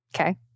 Okay